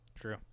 True